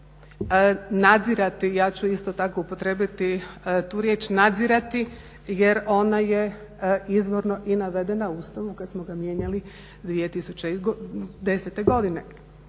će nadzirati, ja ću isto tako upotrijebiti tu riječ, nadzirati jer ona je izvorno i navedena u Ustavu kada smo ga mijenjali 2010. godine.